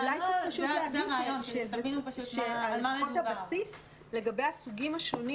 אולי צריך להגיד שלפחות הבסיס לגבי הסוגים השונים